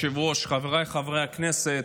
חברי הכנסת,